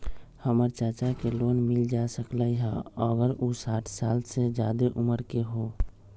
हमर चाचा के लोन मिल जा सकलई ह अगर उ साठ साल से जादे उमर के हों?